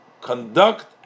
conduct